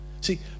See